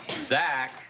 Zach